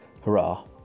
hurrah